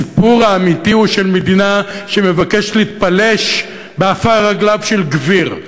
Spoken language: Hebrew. הסיפור האמיתי הוא של מדינה שמבקשת להתפלש בעפר רגליו של גביר,